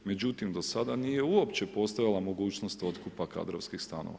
Međutim, do sada nije uopće postojala mogućnost otkupa kadrovskih stanova.